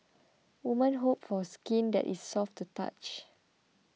woman hope for skin that is soft to touch